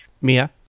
Mia